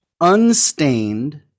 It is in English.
unstained